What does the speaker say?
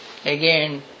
again